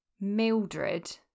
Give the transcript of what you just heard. Mildred